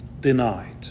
denied